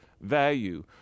value